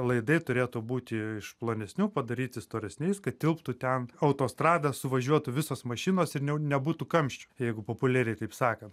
laidai turėtų būti iš plonesnių padaryti storesniais kad tilptų ten autostrada suvažiuotų visos mašinos ir ne nebūtų kamščių jeigu populiariai taip sakant